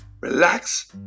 relax